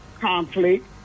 conflict